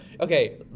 okay